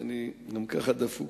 שאני גם ככה דפוק.